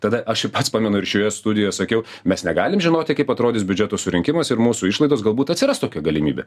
tada aš ir pats pamenu ir šioje studijoje sakiau mes negalim žinoti kaip atrodys biudžeto surinkimas ir mūsų išlaidos galbūt atsiras tokia galimybė